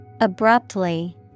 Abruptly